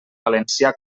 valencià